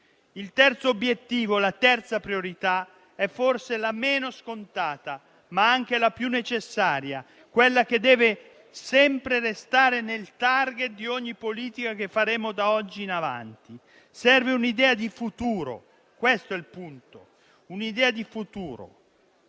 Il terzo obiettivo, anzi, la terza priorità è forse la meno scontata, ma anche la più necessaria, quella che deve sempre restare nel *target* di ogni politica che faremo da oggi in avanti. Il punto è che serve un'idea di futuro,